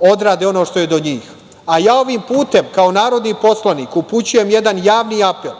odrade ono što je do njih. Ja ovim putem, kao narodni poslanik, upućujem jedan javni apel